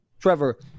Trevor